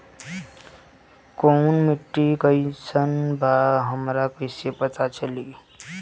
कोउन माटी कई सन बा हमरा कई से पता चली?